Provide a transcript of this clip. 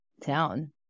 town